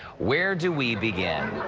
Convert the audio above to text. where do we begin?